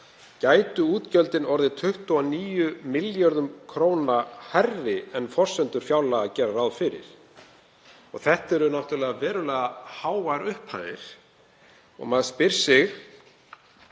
gætu útgjöldin orðið 29 milljörðum kr. hærri en forsendur fjárlaga gera ráð fyrir. Þetta eru náttúrlega verulega háar upphæðir. Maður spyr sig: